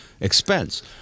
expense